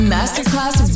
Masterclass